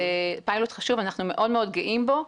פיילוט חשוב, אנחנו מאוד גאים בו.